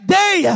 day